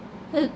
uh